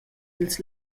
ils